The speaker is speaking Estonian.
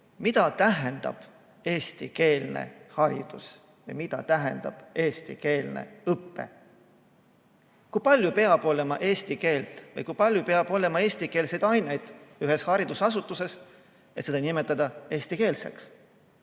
mida tähendab eestikeelne haridus ja mida tähendab eestikeelne õpe. Kui palju peab olema eesti keelt või kui palju peab olema eestikeelseid aineid ühes haridusasutuses, et seda saab nimetada eestikeelseks?